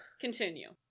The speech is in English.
continue